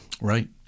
Right